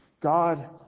God